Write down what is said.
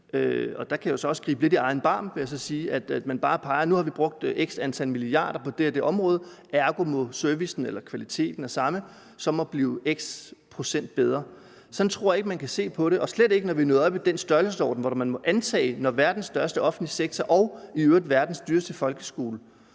Der kan jeg også gribe lidt i egen barm, kan jeg sige. Man peger bare og siger, at nu har vi brugt x antal milliarder på det område, og ergo må servicen og kvaliteten af samme være blevet x procent bedre. Sådan tror jeg ikke man kan se på det, og slet ikke, når vi er nået op i den størrelsesorden, for man må antage, at når verden største offentlige sektor og i øvrigt verdens dyreste folkeskole